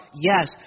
Yes